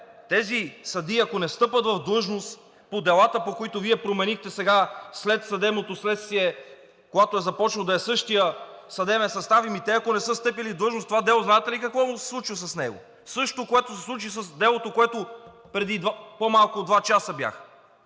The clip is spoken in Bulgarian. тези съдии, ако не встъпят в длъжност по делата, по които Вие променихте сега съдебното следствие, когато е започнал, да е същият съдебен състав, ами те, ако не са встъпили в длъжност за това дело, знаете ли какво се случва с него?! Същото, което се случи с делото, на което преди по-малко от два часа бях